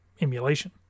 emulation